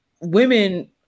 women